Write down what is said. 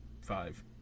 five